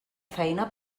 feina